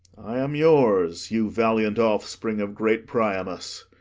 i am yours, you valiant offspring of great priamus.